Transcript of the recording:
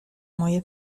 moje